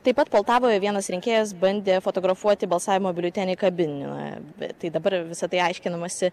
taip pat poltavoje vienas rinkėjas bandė fotografuoti balsavimo biuletenį kabinoje bet tai dabar visa tai aiškinamasi